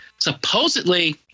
supposedly